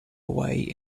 away